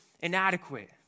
inadequate